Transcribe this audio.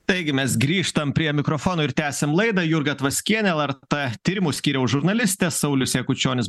taigi mes grįžtam prie mikrofono ir tęsiam laidą jurga tvaskienė lrt tyrimų skyriaus žurnalistė saulius jakučionis